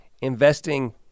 investing